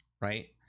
right